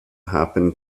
happen